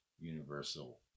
universal